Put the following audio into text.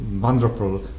wonderful